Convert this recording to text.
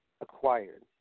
Acquired